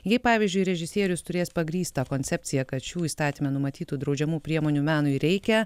jei pavyzdžiui režisierius turės pagrįstą koncepciją kad šių įstatyme numatytų draudžiamų priemonių menui reikia